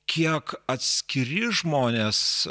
kiek atskiri žmonės